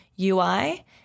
UI